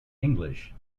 english